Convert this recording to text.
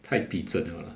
太逼真 liao lah